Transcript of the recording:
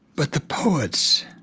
but the poets